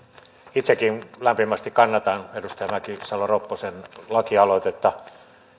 itsekin lämpimästi kannatan edustaja mäkisalo ropposen lakialoitetta